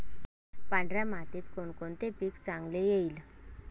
पांढऱ्या मातीत कोणकोणते पीक चांगले येईल?